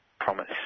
promise